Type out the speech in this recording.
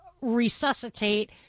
resuscitate